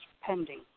pending